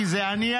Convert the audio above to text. כי זה אני,